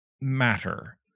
matter